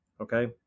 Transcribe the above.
Okay